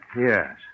Yes